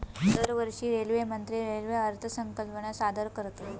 दरवर्षी रेल्वेमंत्री रेल्वे अर्थसंकल्प सादर करतत